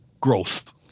growth